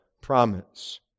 promise